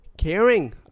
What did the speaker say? Caring